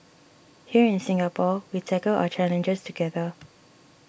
here in Singapore we tackle our challenges together